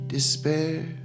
Despair